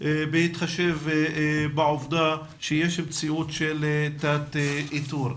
בהתחשב בעובדה שיש מציאות של תת איתור.